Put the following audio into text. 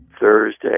Thursday